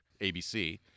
ABC